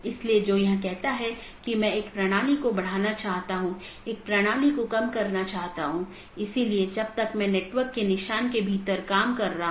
इसलिए जब ऐसी स्थिति का पता चलता है तो अधिसूचना संदेश पड़ोसी को भेज दिया जाता है